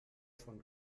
von